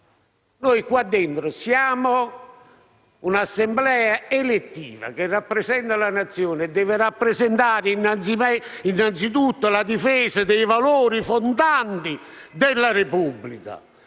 Noi siamo un'Assemblea elettiva che rappresenta la Nazione e deve rappresentare innanzitutto la difesa dei valori fondanti della Repubblica,